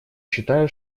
считаю